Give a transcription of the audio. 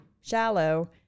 Shallow